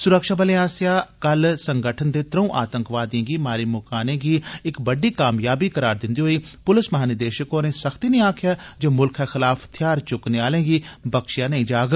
सुरक्षाबलें आस्सेआ कल संगठन दे त्रंऊ आतंकवादिएं गी मारी मुकाने गी इक बड्डी कामयाबी करार दिन्दे होई पुलस महानिदेषक होरें सख्ती नै आक्खेआ जे मुलखै खलाफ थेआर चुक्कने आलें गी बख्बेया नेई जाग